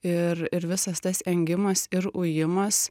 ir ir visas tas engimas ir ujimas